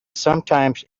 sometimes